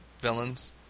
villains